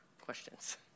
questions